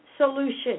Solution